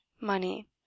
money